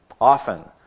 Often